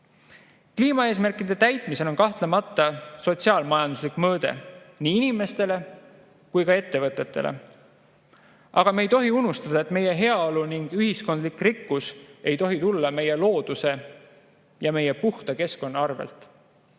Kliimaeesmärkide täitmisel on kahtlemata sotsiaalmajanduslik mõõde nii inimestele kui ka ettevõtetele. Aga me ei tohi unustada, et meie heaolu ning ühiskondlik rikkus ei tohi tulla meie looduse ja meie puhta keskkonna arvel.